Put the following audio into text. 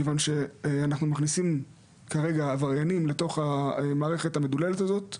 כיוון שאנחנו מכניסים כרגע עבריינים לתוך המערכת המדוללת הזאת,